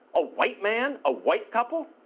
a white man, a white couple,